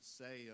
say